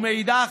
ומאידך,